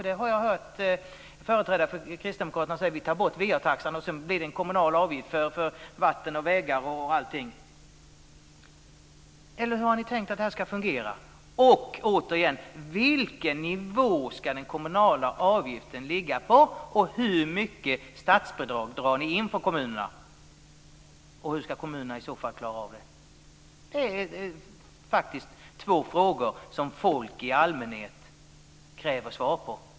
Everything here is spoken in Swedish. Jag har hört företrädare för Kristdemokraterna säga att vi ska ta bort va-taxan och införa en kommunal avgift för vatten, vägar osv. Hur har ni tänkt er att det här ska fungera? Vilken nivå ska den kommunala avgiften ligga på? Hur mycket statsbidrag drar ni in från kommunerna? Hur ska kommunerna i så fall klara av det? Detta är några frågor som folk i allmänhet kräver svar på.